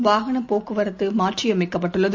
வாகனபோக்குவரத்துமாற்றியமைக்கப்பட்டுள்ளது